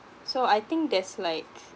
so I think that's like